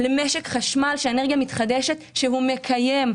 למשק חשמל של אנרגיה מתחדשת שהוא מקיים,